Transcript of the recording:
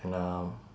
now